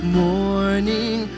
morning